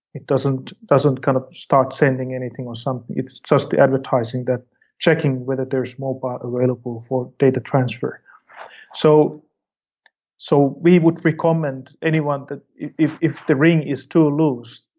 it doesn't doesn't kind of start sending anything or something. it's just the advertising that checking whether there's more power available for data transfer so so we would recommend anyone that if if the ring is too loose,